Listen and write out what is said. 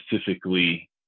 specifically